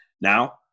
Now